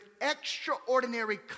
extraordinary